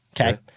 Okay